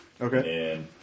Okay